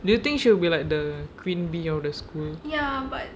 do you think she will be like the queen bee of the school